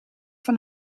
van